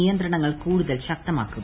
നിയന്ത്രണങ്ങ്ൾ കൂടുതൽ ശക്തമാക്കും